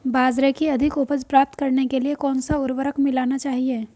बाजरे की अधिक उपज प्राप्त करने के लिए कौनसा उर्वरक मिलाना चाहिए?